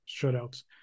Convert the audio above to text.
shutouts